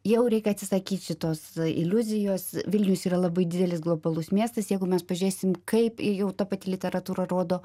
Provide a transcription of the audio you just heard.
jau reik atsisakyt šitos iliuzijos vilnius yra labai didelis globalus miestas jeigu mes pažiūrėsim kaip jį jau ta pati literatūra rodo